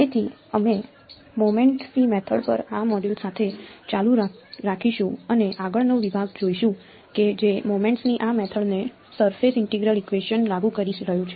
તેથી અમે મોમેન્ટ્સની મેથડ પર આ મોડ્યુલ સાથે ચાલુ રાખીશું અને આગળનો વિભાગ જોઈશું કે જે મોમેન્ટ્સની આ મેથડ ને સરફેસ ઈન્ટિગ્રલ ઈક્વેશન લાગુ કરી રહ્યું છે